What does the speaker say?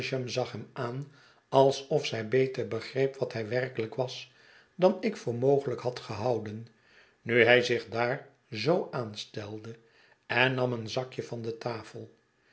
zag hem aan alsof zij beter begreep wat hij werkelijk was dan ik voor mogelijk had gehouden nu hij zich daar zoo aanstelde en nam een zakje van de tafel